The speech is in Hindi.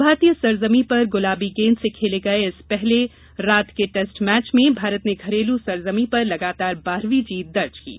भारतीय सरजमीं पर गुलाबी गेंद से खेले गए इस पहले रात के टैस्ट मैच में भारत ने घरेलू सरजमीं पर लगातार बारहवीं जीत दर्ज की है